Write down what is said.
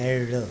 ಎರಡು